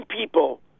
people